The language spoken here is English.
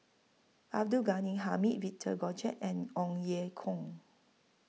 Abdul Ghani Hamid Victor Doggett and Ong Ye Kung